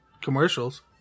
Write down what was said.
Commercials